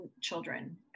children